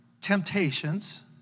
temptations